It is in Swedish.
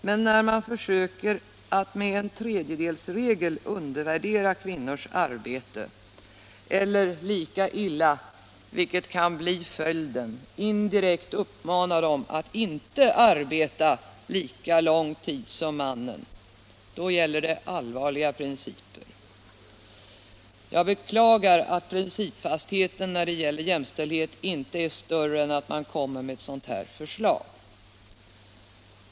Men när man försöker att med tredjedelsregeln undervärdera kvinnors arbete, eller lika illa — vilket kan bli följden — indirekt uppmanar dem att inte arbeta lika lång tid som mannen, då gäller det allvarliga principer. Jag beklagar att principfastheten när det gäller jämställdhet inte är större än att man för fram ett sådant här förslag.